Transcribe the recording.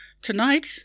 Tonight